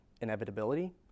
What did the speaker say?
inevitability